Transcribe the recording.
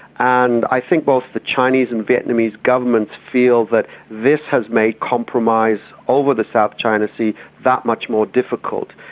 and i think both the chinese and vietnamese governments feel that this has made compromise over the south china sea that much more difficult,